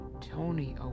Tony